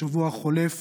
בשבוע החולף